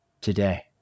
today